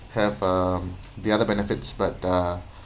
have um the other benefits but uh